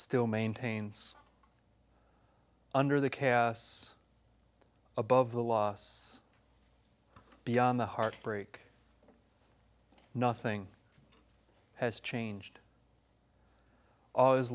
still maintains under the chaos above the loss beyond the heartbreak nothing has changed all is